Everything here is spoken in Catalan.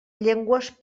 llengües